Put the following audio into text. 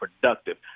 productive